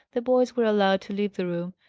the boys were allowed to leave the room,